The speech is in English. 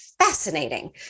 Fascinating